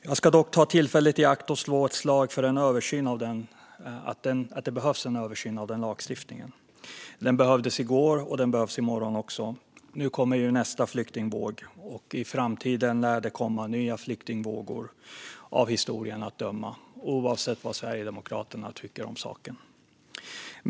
Jag ska dock ta tillfället i akt och slå ett slag för att en översyn av den lagstiftningen behövs. Den behövdes i går, och den behövs i morgon också. Nu kommer nästa flyktingvåg. Och i framtiden lär det av historien att döma komma nya flyktingvågor, oavsett vad Sverigedemokraterna tycker om saken.